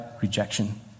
rejection